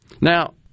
Now